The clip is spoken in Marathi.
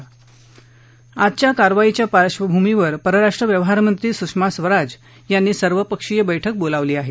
आजच्या हवाईदलाच्या कारवाईच्या पार्वभूमीवर परराष्ट्र व्यवहारमंत्री सुषमा स्वराज यांनी सर्वपक्षीय बैठक बोलावली आहे